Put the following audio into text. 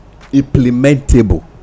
implementable